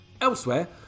Elsewhere